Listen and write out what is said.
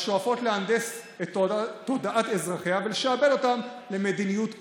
השואפות להנדס את תודעת אזרחיה ולשעבד אותן למדיניות זרה.